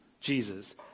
jesus